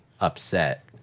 upset